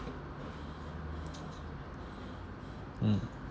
mm